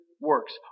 works